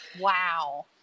wow